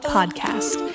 Podcast